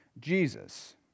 Jesus